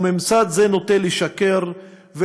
וממסד זה נוטה לשקר,